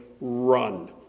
run